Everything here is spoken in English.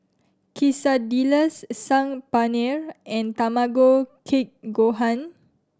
Quesadillas Saag Paneer and Tamago Kake Gohan